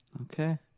Okay